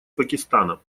пакистана